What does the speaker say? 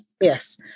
yes